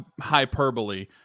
hyperbole